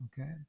Okay